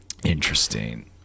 interesting